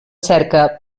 cerca